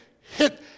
hit